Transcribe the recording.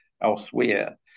elsewhere